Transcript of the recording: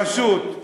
בראשות הליכוד,